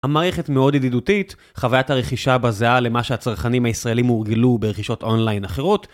המערכת מאוד ידידותית, חווית הרכישה בה זהה למה שהצרכנים הישראלים הורגלו ברכישות אונליין אחרות